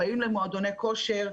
הם באים למועדוני כושר,